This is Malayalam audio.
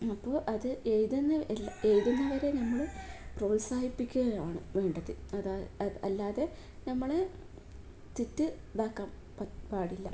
അപ്പോ അത് എഴുതുന്ന എഴുതുന്നവരെ നമ്മൾ പ്രോത്സാഹിപ്പിക്കുകയാണ് വേണ്ടത് അത അല്ലാതെ നമ്മൾ തെറ്റ് ഇതാക്കാൻ പ പാടില്ല